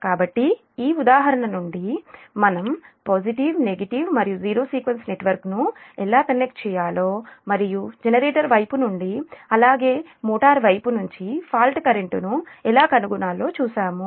కాబట్టి ఈ ఉదాహరణ నుండి మనం పాజిటివ్ నెగిటివ్ మరియు జీరో సీక్వెన్స్ నెట్వర్క్ను ఎలా కనెక్ట్ చేయాలో మరియు జనరేటర్ వైపు నుండి అలాగే మోటారు వైపు నుంచి ఫాల్ట్ కరెంట్ ను ఎలా కనుగొనాలో చూసాము